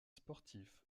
sportifs